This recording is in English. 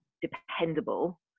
dependable